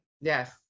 Yes